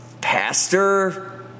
pastor